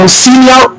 senior